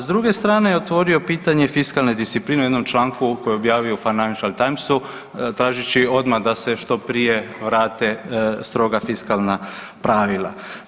S druge strane je otvorio pitanje fiskalne discipline u jednom članku koji je objavio u Financial Times tražeći odmah da se što prije vrate stroga fiskalna pravila.